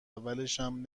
اولشم